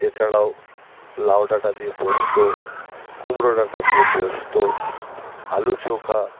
এছাড়াও লাউ ডাঁটা দিয়ে পোস্ত কুমড়ো ডাঁটা দিয়ে পোস্ত আলু চোখা